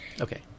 Okay